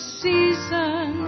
season